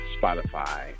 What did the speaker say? Spotify